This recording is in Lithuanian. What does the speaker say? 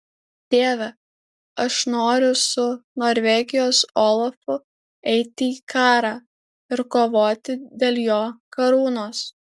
tėve aš noriu su norvegijos olafu eiti į karą ir kovoti dėl jo karūnos